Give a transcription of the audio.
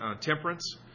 temperance